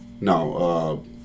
No